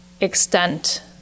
extent